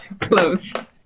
Close